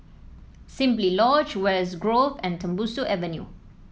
Simply Lodge West Grove and Tembusu Avenue